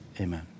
amen